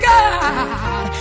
God